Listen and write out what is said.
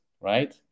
right